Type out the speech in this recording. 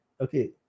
Okay